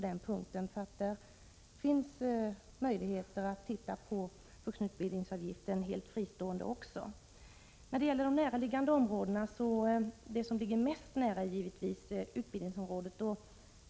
Det finns nämligen möjligheter att se på vuxenutbildningsavgiften helt fristående. När det gäller de närliggande områdena är det naturligtvis fråga om sådana som ligger närmast utbildningsområdet.